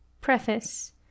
preface